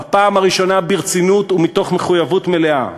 בפעם הראשונה ברצינות ומתוך מחויבות מלאה.